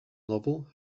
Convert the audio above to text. novel